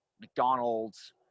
McDonald's